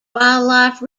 wildlife